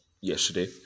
yesterday